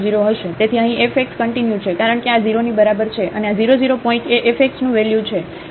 તેથી અહીં fx continue છે કારણ કે આ 0 ની બરાબર છે અને આ 0 0 પોઇન્ટએ fx નું વેલ્યુ છે